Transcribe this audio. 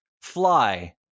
Fly